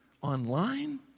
online